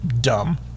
dumb